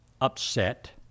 upset